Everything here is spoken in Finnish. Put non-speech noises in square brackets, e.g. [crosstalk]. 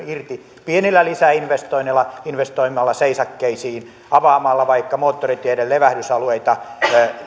[unintelligible] irti pienillä lisäinvestoinneilla investoimalla seisakkeisiin avaamalla vaikka moottoriteiden levähdysalueita